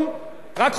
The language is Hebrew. בשלוש קריאות,